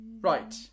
Right